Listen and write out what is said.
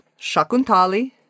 Shakuntali